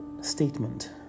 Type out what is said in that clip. statement